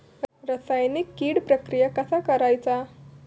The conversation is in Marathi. रासायनिक कीड प्रक्रिया कसा करायचा?